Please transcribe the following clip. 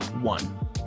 one